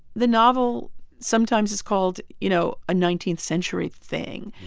the novel sometimes is called, you know, a nineteenth century thing,